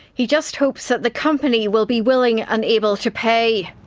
he just hopes that the company will be willing and able to pay.